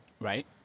Right